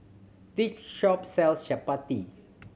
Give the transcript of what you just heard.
this shop sells Chapati